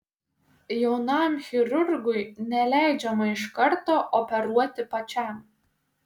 jaunam chirurgui neleidžiama iš karto operuoti pačiam